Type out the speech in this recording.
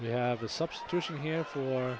yeah the substitution here for